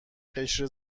قشر